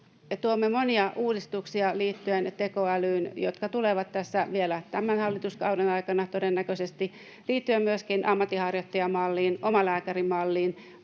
liittyen monia uudistuksia, jotka tulevat tässä vielä tämän hallituskauden aikana todennäköisesti, liittyen myöskin ammatinharjoittajamalliin, omalääkärimalliin.